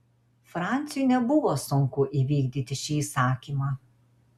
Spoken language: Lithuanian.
franciui nebuvo sunku įvykdyti šį įsakymą